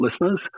listeners